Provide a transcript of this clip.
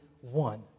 one